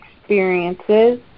experiences